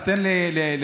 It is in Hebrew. אז תן לי להמשיך.